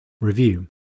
review